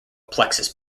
plexus